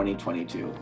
2022